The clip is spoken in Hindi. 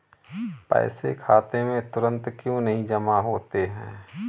पैसे खाते में तुरंत क्यो नहीं जमा होते हैं?